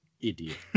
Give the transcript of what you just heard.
Idiot